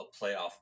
playoff